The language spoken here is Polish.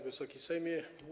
Wysoki Sejmie!